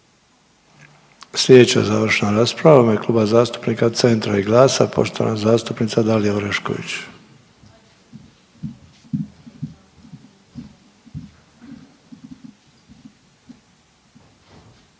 Slijedeća završna rasprava u ime Kluba zastupnika Centra i GLAS-a, poštovana zastupnica Dalija Orešković.